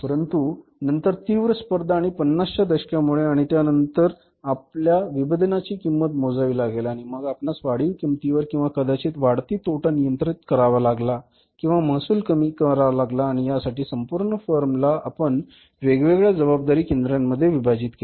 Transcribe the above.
परंतु नंतर तीव्र स्पर्धा आणि 50 च्या दशकामुळे आणि त्या नंतर आपल्याला विभेदनाची किंमत मोजावी लागली आणि मग आपणास वाढीव किंमतीवर किंवा कदाचित वाढती तोटा नियंत्रित करावा लागला किंवा महसूल कमी करावा लागला आणि या साठी संपूर्ण फर्म ला आपण वेगवेगळ्या जबाबदारी केंद्रांमध्ये विभाजित केले